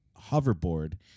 hoverboard